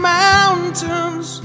mountains